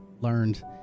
learned